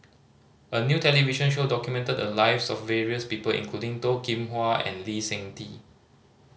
a new television show documented the lives of various people including Toh Kim Hwa and Lee Seng Tee